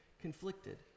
conflicted